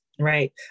Right